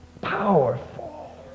Powerful